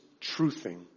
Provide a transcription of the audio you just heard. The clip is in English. truthing